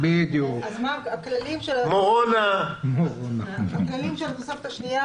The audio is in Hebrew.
(בידוד בית והוראות שונות) (הוראת שעה),